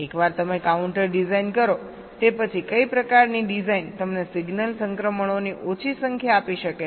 એકવાર તમે counter design કરો તે પછી કઈ પ્રકારની ડિઝાઇન તમને સિગ્નલ સંક્રમણોની ઓછી સંખ્યા આપી શકે છે